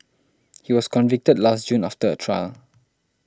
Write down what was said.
he was convicted last June after a trial